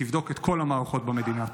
שתבדוק את כל המערכות במדינה.